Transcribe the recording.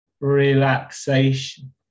relaxation